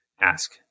ask